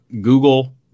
Google